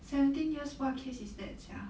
seventeen years what case is that sia